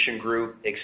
group